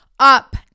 up